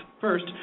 first